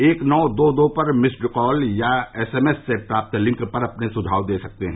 एक नौ दो दो पर मिस्ड कॉल या एसएमएस से प्राप्त लिंक पर अपने सुझाव दे सकते हैं